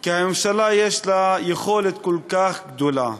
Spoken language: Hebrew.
כי הממשלה, יש לה יכולת כל כך גדולה,